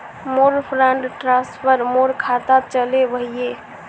मोर fund transfer मोर खातात चले वहिये